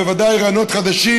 בוודאי רעיונות חדשים,